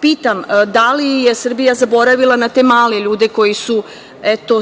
pitam da li je Srbija zaboravila na te male ljude koji su